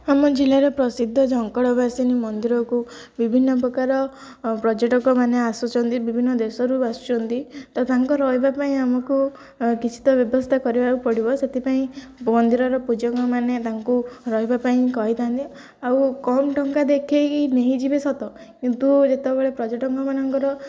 ଆମ ଜିଲ୍ଲାରେ ପ୍ରସିଦ୍ଧ ଝଙ୍କଡ଼ବାସିନୀ ମନ୍ଦିରକୁ ବିଭିନ୍ନ ପ୍ରକାର ପର୍ଯ୍ୟଟକ ମାନେ ଆସୁଛନ୍ତି ବିଭିନ୍ନ ଦେଶରୁ ଆସୁଛନ୍ତି ତ ତାଙ୍କ ରହିବା ପାଇଁ ଆମକୁ କିଛି ତ ବ୍ୟବସ୍ଥା କରିବାକୁ ପଡ଼ିବ ସେଥିପାଇଁ ମନ୍ଦିରର ପୂଜକ ମାନେ ତାଙ୍କୁ ରହିବା ପାଇଁ କହିଥାନ୍ତି ଆଉ କମ୍ ଟଙ୍କା ଦେଖେଇକି ନେଇ ଯିବେ ସତ କିନ୍ତୁ ଯେତେବେଳେ ପର୍ଯ୍ୟଟକ ମାନଙ୍କର